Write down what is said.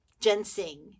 ginseng